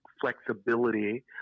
flexibility